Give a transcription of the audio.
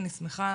אני שמחה,